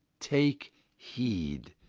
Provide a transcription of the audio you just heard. take heed,